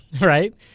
Right